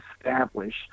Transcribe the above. establish